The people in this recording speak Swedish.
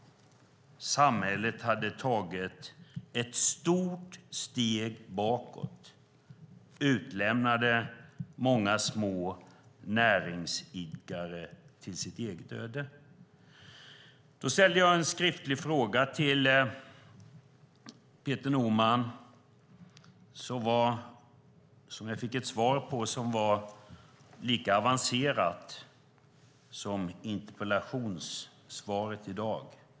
Samhället hade tagit ett stort steg bakåt och utlämnade många små näringsidkare till sitt eget öde. Jag ställde en skriftlig fråga till Peter Norman. Det svar jag fick på den var lika avancerat som interpellationssvaret i dag.